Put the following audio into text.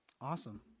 Awesome